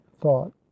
thought